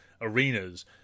arenas